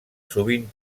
sovint